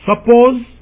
Suppose